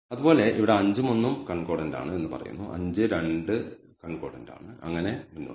അതുപോലെ ഇവിടെ 5 ഉം 1 ഉം കൺകോർഡൻറ് ആണ് എന്ന് പറയുന്നു 5 2 കൺകോർഡൻറ് ആണ് അങ്ങനെ മുന്നോട്ട്